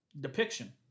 depiction